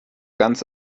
ganz